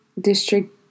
District